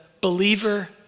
believer